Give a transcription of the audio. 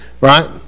right